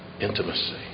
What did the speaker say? intimacy